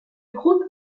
groupe